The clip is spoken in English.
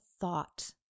thought